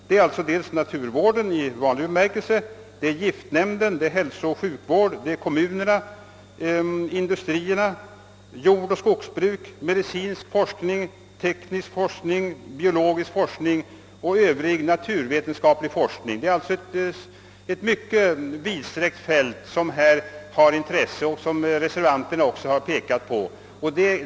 Det gäller naturvården i vanlig bemärkelse, giftnämnden, hälsooch sjukvården, kommunerna, industrierna, jordbruk och skogsbruk samt medicinsk, teknisk, biologisk och övrig naturvetenskaplig forskning. Det rör sig alltså om ett mycket vidsträckt fält vilket också framhållits av reservanterna.